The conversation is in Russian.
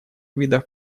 видов